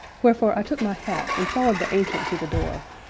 wherefore i took my hat and followed the ancient to the door,